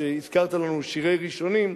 שהזכרת לנו שירי ראשונים,